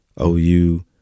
OU